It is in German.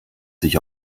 sich